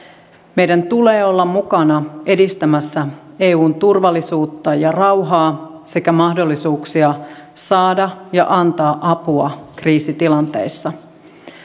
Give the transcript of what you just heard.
meidän tulee olla mukana edistämässä eun turvallisuutta ja rauhaa sekä mahdollisuuksia saada ja antaa apua kriisitilanteissa